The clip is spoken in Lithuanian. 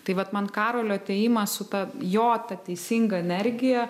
tai vat man karolio atėjimas su ta jo teisinga energija